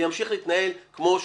בוקר טוב.